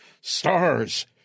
Stars